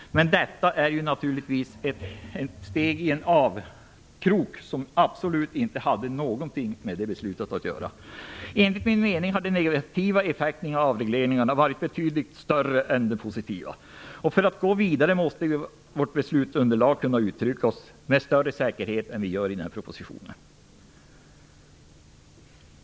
Men detta är naturligtvis en avkrok som absolut inte har någonting med det nämnda beslutet att göra. Enligt min mening har de negativa effekterna av avregleringen varit betydligt större än de positiva. För att gå vidare måste vi i vårt beslutsunderlag kunna uttrycka oss med större säkerhet än vad vi gör i den här propositionen.